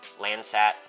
Landsat